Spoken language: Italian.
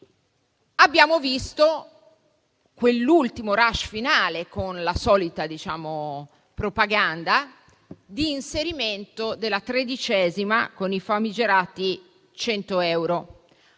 Abbiamo visto un ultimo *rush* finale, con la solita propaganda: l'inserimento nella tredicesima mensilità dei famigerati 100 euro.